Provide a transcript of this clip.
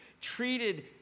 treated